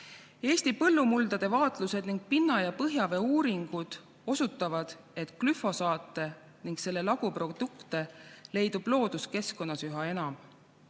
Eesti põllumuldade vaatlused ning pinna- ja põhjavee uuringud osutavad, et glüfosaati ning selle laguprodukte leidub looduskeskkonnas üha enam.